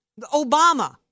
Obama